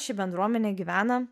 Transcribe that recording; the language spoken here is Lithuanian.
ši bendruomenė gyvena